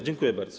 Dziękuję bardzo.